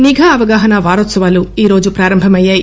CVC నిఘా అవగాహన వారోత్సవాలు ఈరోజు ప్రారంభమయ్యాయి